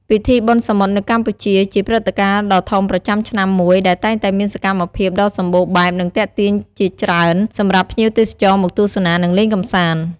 ពិធីបុណ្យសមុទ្រនៅកម្ពុជា ជាព្រឹត្តិការណ៍ដ៏ធំប្រចាំឆ្នាំមួយ ដែលតែងតែមានសកម្មភាពដ៏សម្បូរបែប និងទាក់ទាញជាច្រើន សម្រាប់ភ្ញៀវទេសចរមកទស្សនា និងលេងកម្សាន្ត។